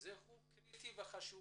הוא קריטי וחשוב